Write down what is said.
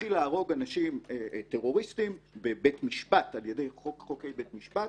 נתחיל להרוג טרוריסטים בבית משפט על ידי חוקי בית משפט,